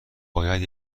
باید